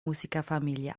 musikerfamilie